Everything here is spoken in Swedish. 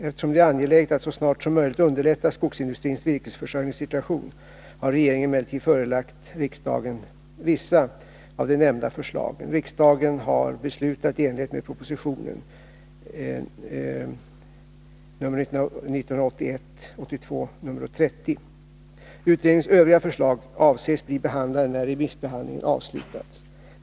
Eftersom det är angeläget att så snart som möjligt underlätta skogsindustrins virkesförsörjningssituation har regeringen emellertid förelagt riksdagen vissa av de nämnda förslagen. Riksdagen har (prop. 1981 82:8, rskr 1981 82:8, rskr 1981 82:30. Utredningens övriga förslag avses bli behandlade när remissbehandlingen avslutats.